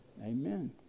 Amen